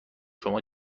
شما